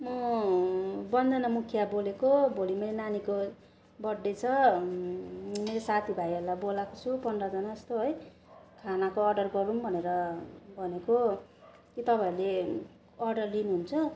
म बन्धना मुखिया बोलेको भोलि मेरो नानीको बर्थ डे छ मेरो साथी भाइहरूलाई बोलाएको छु पन्ध्रजना जस्तो है खानाको अर्डर गरौँ भनेर भनेको के तपाईँहरूले अर्डर लिनु हुन्छ